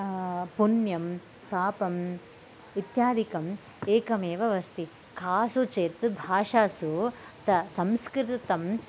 पुण्यं पापम् इत्यादिकं एकमेव अस्ति कासुचित् भाषासु त संस्कृतम्